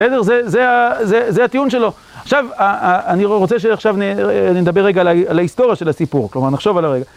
בסדר, זה הטיעון שלו, עכשיו אני רוצה שעכשיו נדבר רגע על ההיסטוריה של הסיפור, כלומר נחשוב על הרגע.